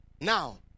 Now